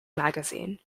magazine